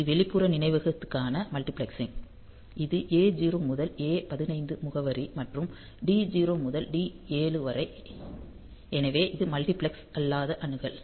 இது வெளிப்புற நினைவகத்திற்கான மல்டிபிளெக்சிங் இது A0 முதல் A15 முகவரி மற்றும் D0 முதல் D7 வரை எனவே இது மல்டிபிளெக்ஸ் அல்லாத அணுகல்